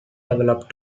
developed